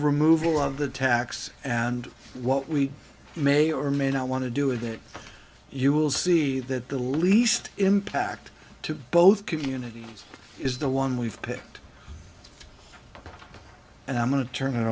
removal of the tax and what we may or may not want to do is that you will see that the least impact to both communities is the one we've picked up and i'm going to turn it